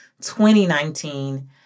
2019